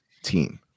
team